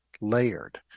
layered